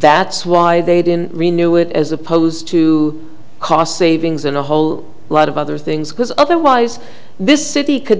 that's why they didn't renew it as opposed to cost savings and a whole lot of other things because otherwise this city could